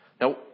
Now